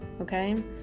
Okay